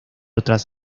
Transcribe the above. otras